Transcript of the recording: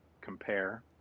compare